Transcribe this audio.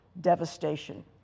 devastation